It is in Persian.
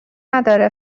نداره